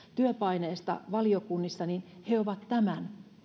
työpaineesta valiokunnissa he ovat tämän